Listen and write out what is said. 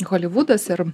holivudas ir